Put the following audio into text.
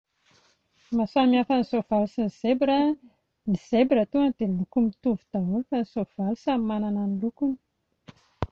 Ny mahasamihafa ny soavaly sy ny zebra, ny zebra tonga dia miloko mitovy daholo fa ny soavaly samy manana ny lokony.